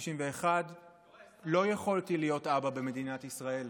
61 לא יכולתי להיות אבא במדינת ישראל.